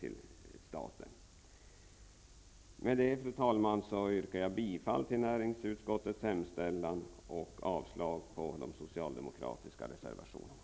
Med detta, fru talman, yrkar jag bifall till näringsutskottets hemställan och avslag på de socialdemokratiska reservationerna.